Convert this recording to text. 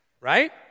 right